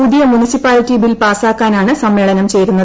പുതിയ municipality bill പാസാക്കാനാണ് സമ്മേളനം ചേരുന്നത്